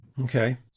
Okay